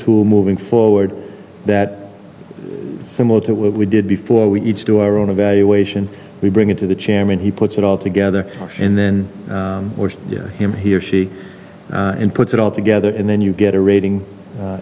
tool moving forward that similar to what we did before we each do our own evaluation we bring it to the chairman he puts it all together and then him he or she and puts it all together and then you get a rating